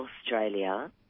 Australia